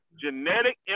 genetic